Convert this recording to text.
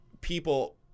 people